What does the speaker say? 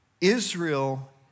Israel